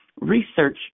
research